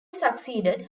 succeeded